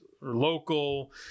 local